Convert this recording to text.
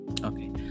okay